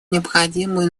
необходимую